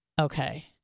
Okay